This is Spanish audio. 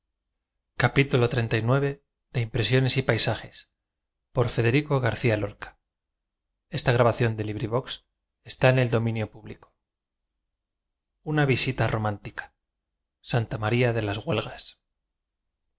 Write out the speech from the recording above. mies seca una visita romántica santa maría de las